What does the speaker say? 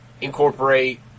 incorporate